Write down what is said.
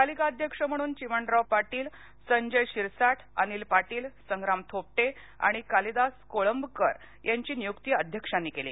तालिका अध्यक्ष म्हणून चिमणराव पाटील संजय शिरसाठ अनिल पाटील संग्राम थोपटे आणि कालिदास कोळंबकर यांची नियुक्ती अध्यक्षांनी केली